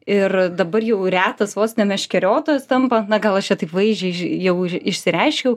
ir dabar jau retas vos ne meškeriotojas tampa na gal aš taip vaizdžiaiž jau išsireiškiau